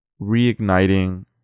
reigniting